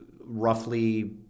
roughly